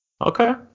Okay